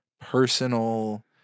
personal